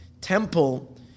temple